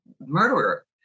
murderer